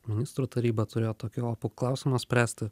ministrų taryba turėjo tokį opų klausimą spręsti